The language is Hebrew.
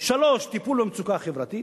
3. טיפול במצוקה החברתית,